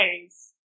ways